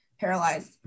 paralyzed